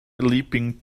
leaping